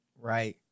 Right